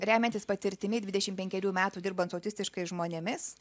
remiantis patirtimi dvidešim penkerių metų dirbant su autistiškais žmonėmis